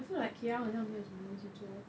I feel like K_L 好像没有什么东西做 lor